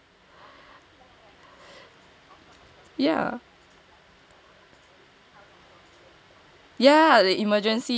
ya ya the emergency you know